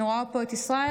אני רואה פה את ישראל,